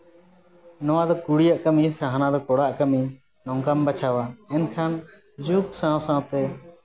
ᱱᱚᱣᱟ ᱫᱚ ᱠᱩᱲᱤᱭᱟᱜ ᱠᱟᱹᱢᱤ ᱥᱮ ᱦᱟᱱᱟ ᱫᱚ ᱠᱚᱲᱟᱣᱟᱜ ᱠᱟᱹᱢᱤ ᱱᱚᱝᱠᱟᱢ ᱵᱟᱪᱷᱟᱣᱟ ᱮᱱᱠᱷᱟᱱ ᱡᱩᱜᱽ ᱥᱟᱶ ᱥᱟᱶᱛᱮ